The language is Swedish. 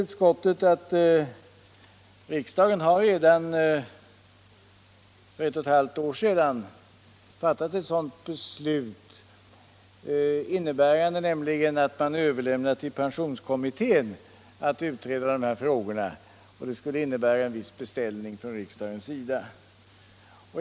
Utskottet säger att riksdagen redan för ett och ett halvt år sedan har fattat ett sådant beslut, innebärande att man överlämnar till pensionskommittén att utreda dessa frågor. Det skulle innebära en viss beställning från riksdagens sida.